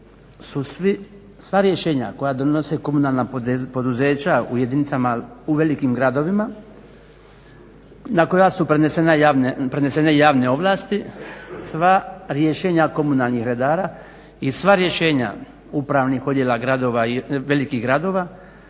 je, sva rješenja koja donose komunalna poduzeća u jedinicama, u velikim gradovima, na koja su prenesene javne ovlasti sva rješenja komunalnih redara i sva rješenja upravnih odjela, gradova,